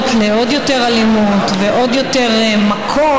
לעוד יותר אלימות ועוד יותר מכות.